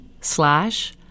slash